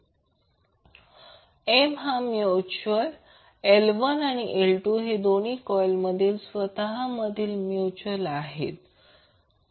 M हा mutual L1 आणि L2 हे दोन्ही कॉइल मधील स्वतहा मधली म्युच्युअल आहे